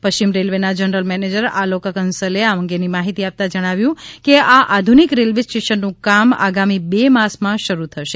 પશ્ચિમ રેલ્વેના general manager Alok કંસલે આ અંગેની માહિતી આપતા જણાવ્યું છે કે આ આધુનિક રેલ્વે સ્ટેશનનું કામ આગામી બે માસમાં શરૂ થશે